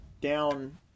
down